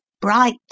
bright